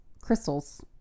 crystals